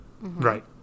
right